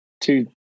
two